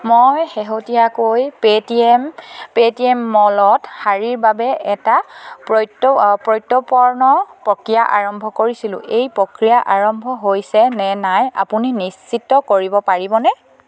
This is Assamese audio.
মই শেহতীয়াকৈ পে'টিএম পে'টিএম মলত শাৰীৰ বাবে এটা প্ৰত্য প্ৰত্যৰ্পণ প্ৰক্ৰিয়া আৰম্ভ কৰিছিলোঁ এই প্ৰক্ৰিয়া আৰম্ভ হৈছে নে নাই আপুনি নিশ্চিত কৰিব পাৰিবনে